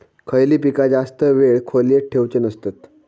खयली पीका जास्त वेळ खोल्येत ठेवूचे नसतत?